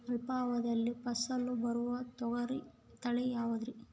ಅಲ್ಪಾವಧಿಯಲ್ಲಿ ಫಸಲು ಬರುವ ತೊಗರಿ ತಳಿ ಯಾವುದುರಿ?